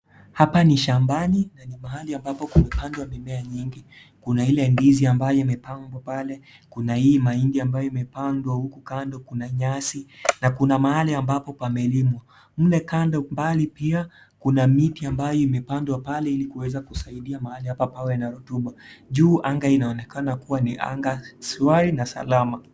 Hapa ni shambani na ni mahali ambapo kumepandwa mimea nyingi, kuna ile ndizi ambayo imepangwa pale, kuna ii mahindi ambayo imepandwa uku kando, kuna nyasi na kuna mahali ambapo pamelimwa, mle kando mbali pia kuna miti ambayo imepandwa pale ilikuweza kusaidia mahali pale pawe na rotuba, juu anga inaonekana kua ni anga swari na salama.